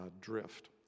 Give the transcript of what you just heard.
drift